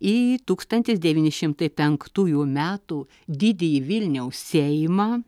į tūkstantis devyni šimtai penktųjų metų didįjį vilniaus seimą